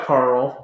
Carl